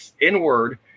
inward